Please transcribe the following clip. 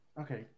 Okay